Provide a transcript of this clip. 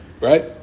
right